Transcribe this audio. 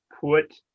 put